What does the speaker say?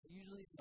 usually